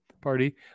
party